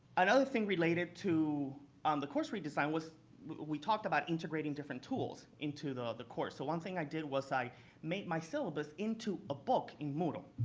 another thing related to um the course redesign was we talked about integrating different tools into the the course. so one thing i did was i made my syllabus into a book in moodle.